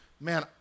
man